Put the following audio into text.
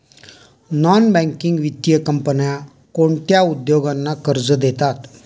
Non banking वित्तीय कंपन्या कोणत्या उद्योगांना कर्ज देतात?